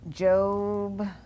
Job